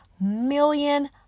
million